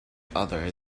other